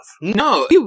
No